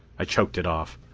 i choked it off.